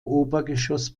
obergeschoss